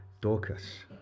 Dorcas